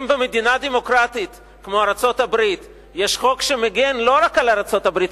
אם במדינה דמוקרטית כמו ארצות-הברית יש חוק שמגן לא רק על ארצות-הברית,